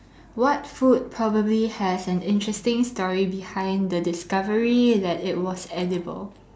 what food probably has an interesting story behind the discovery that it was edible